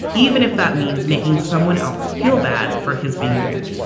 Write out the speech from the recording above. even if that means making someone else feel bad for his being rude.